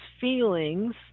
feelings